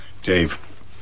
Dave